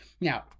Now